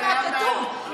אני מביאה את זה מהכתוב,